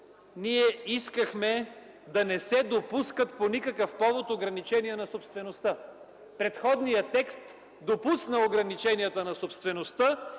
ние искахме да не се допускат по никакъв повод ограничения на собствеността. Предходният текст допусна ограниченията на собствеността